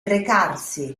recarsi